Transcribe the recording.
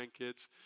grandkids